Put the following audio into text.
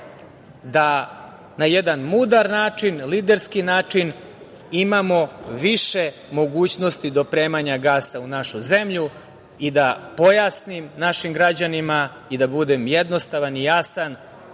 da na jedan mudar način, liderski način, imamo više mogućnosti dopremanja gasa u našu zemlju. I, da pojasnim našim građanima i da budem jednostavan i jasan,